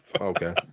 Okay